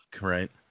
right